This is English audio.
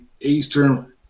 Eastern